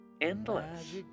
endless